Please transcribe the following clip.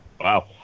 Wow